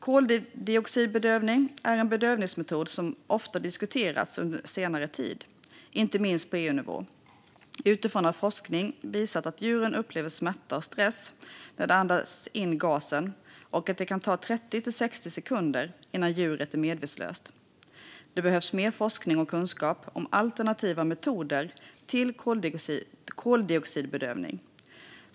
Koldioxidbedövning är en bedövningsmetod som ofta diskuterats under senare tid, inte minst på EU-nivå, utifrån att forskning visat att djuren upplever smärta och stress när de andas in gasen och att det kan ta 30-60 sekunder innan djuret är medvetslöst. Det behövs mer forskning och kunskap om alternativa metoder till koldioxidbedövning.